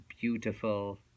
beautiful